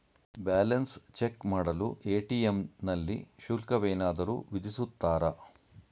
Balance check ಮಾಡಲು ATM ನಲ್ಲಿ ಶುಲ್ಕವೇನಾದರೂ ವಿಧಿಸುತ್ತಾರಾ?